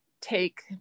take